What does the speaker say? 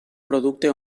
producte